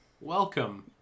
welcome